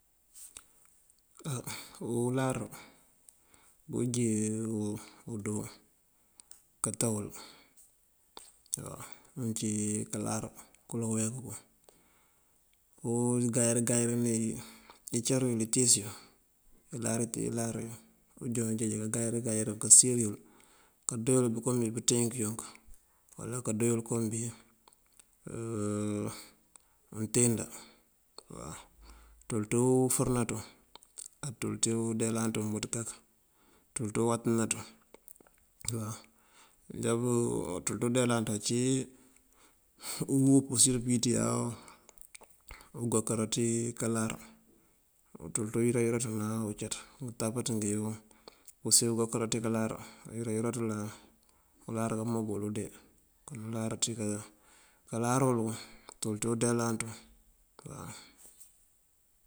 Uláar uwí joonundo kato wol. Uncí uláar karo unleemp wël koongayël gayëlin incarëyil itíis yun. Iláar yun yuyu joon unjeej kangayël gayëlin kasíiyël, kando yël kom iyi pënţenk yunk uwala kando yël kom untende. Ţul ţí ufërëna ţun, á ţul ţí undeelan ţun bëţ kak, ţul ţí uwatënan ţun waw. ţul ţí undeelan ţun uncí ngúu musalir pëwíţi aawee ngookar ţí kaláar, ţul ţí urengaraţun áa uncat. Ngëtapës ngí así urengara ţí kaláar ţul ţí urengaraţun awuláar kamob wël unde. Kon uláar ţí kaláar wël wun, ţul ţí undeelan ţun waw.